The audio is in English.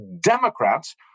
Democrats